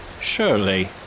Surely